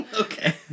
Okay